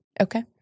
Okay